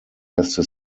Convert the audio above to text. erste